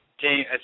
team